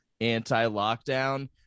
anti-lockdown